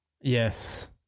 Yes